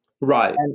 Right